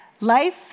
life